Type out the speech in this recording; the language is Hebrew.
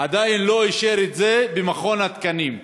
עדיין לא אישר את זה במכון התקנים.